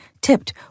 tipped